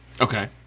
okay